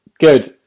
Good